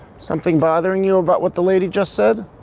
something bothering you about what the lady just said?